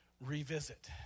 revisit